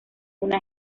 una